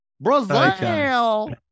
Brazil